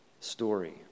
story